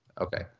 Okay